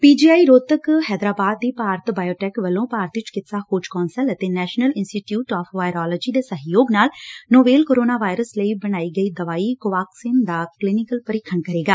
P G I Rohtak Hyderabad ਦੀ Bharat Biotech ਵੱਲੋਂ ਭਾਰਤੀ ਚਿਕਿਤਸਾ ਖੋਜ ਕੋਂਸਲ ਅਤੇ ਨੈਸ਼ਨਲ ਇੰਸਟੀਚਿਉਟ ਆਫ਼ ਵਾਇਰੋਲਜੀ ਦੇ ਸਹਿਯੋਗ ਨਾਲ ਨੋਵੇਲ ਕੋਰੋਨਾ ਵਾਇਰਸ ਲਈ ਬਣਾਈ ਗਈ ਦਵਾਈ ਕੋਵਾਕਸਿਨ ਦਾ ਕਲੀਨਿਕਲ ਪਰੀਖਣ ਕਰੇਗਾ